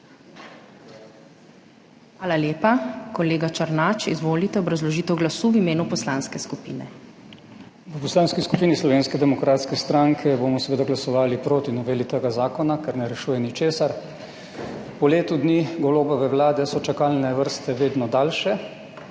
Hvala lepa. Kolega Černač, izvolite obrazložitev glasu v imenu poslanske skupine. ZVONKO ČERNAČ (PS SDS): V Poslanski skupini Slovenske demokratske stranke bomo seveda glasovali proti noveli tega zakona, ker ne rešuje ničesar. Po letu dni Golobove Vlade so čakalne vrste vedno daljše,